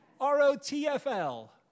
R-O-T-F-L